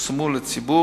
פורסמו לציבור,